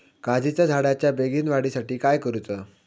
काजीच्या झाडाच्या बेगीन वाढी साठी काय करूचा?